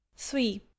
three